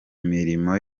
mirimo